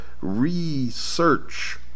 Research